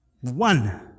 One